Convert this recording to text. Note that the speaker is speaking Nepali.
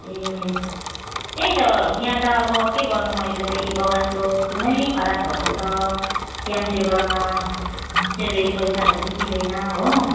ए त्यही त यहाँ त अब के गर्नु अहिले चाहिँ बगानको एकदमै खराब भएको छ टाइम टेबल पनि स्यालरी पैसाहरू पनि दिँदैन हो